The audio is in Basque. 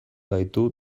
gaitu